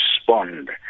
respond